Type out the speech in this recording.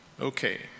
Okay